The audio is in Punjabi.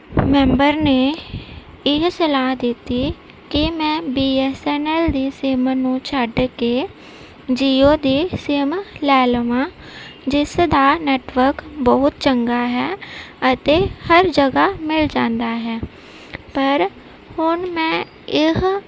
ਮੈਂਬਰ ਨੇ ਇਹ ਸਲਾਹ ਦਿੱਤੀ ਕਿ ਮੈਂ ਬੀ ਐਸ ਐਨ ਐਲ ਦੀ ਸਿਮ ਨੂੰ ਛੱਡ ਕੇ ਜੀਓ ਦੀ ਸਿਮ ਲੈ ਲਵਾਂ ਜਿਸ ਦਾ ਨੈਟਵਰਕ ਬਹੁਤ ਚੰਗਾ ਹੈ ਅਤੇ ਹਰ ਜਗ੍ਹਾ ਮਿਲ ਜਾਂਦਾ ਹੈ ਪਰ ਹੁਣ ਮੈਂ ਇਹ